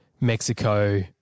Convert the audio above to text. Mexico